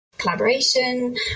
Collaboration